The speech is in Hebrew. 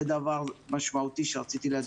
זה דבר משמעותי שרציתי להדגיש אותו.